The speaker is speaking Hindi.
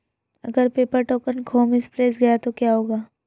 अगर पेपर टोकन खो मिसप्लेस्ड गया तो क्या होगा?